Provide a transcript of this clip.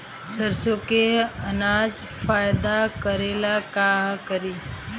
सरसो के अनाज फायदा करेला का करी?